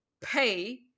pay